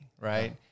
right